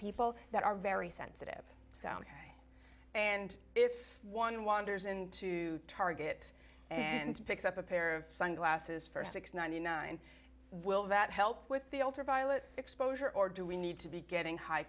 people that are very sensitive so and if one wanders into target and picks up a pair of sunglasses st six hundred and ninety nine will that help with the ultraviolet exposure or do we need to be getting high